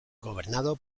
gobernado